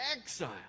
exile